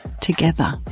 together